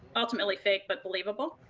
ultimately fake but believable.